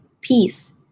Peace